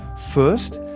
first,